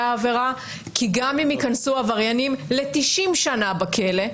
העבירה כי גם הם ייכנסו עבריינים ל-90 שנים בכלא,